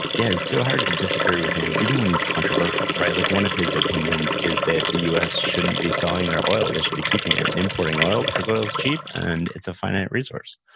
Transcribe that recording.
yeah, it's so hard to disagree with him, even when he's controversial. like one of his opinions is that the us shouldn't be selling their oil. they should be keeping it and importing oil because oil's cheap and it's a finite resource.